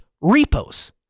repos